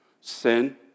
sin